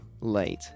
Late